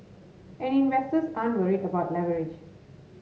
and investors aren't worried about leverage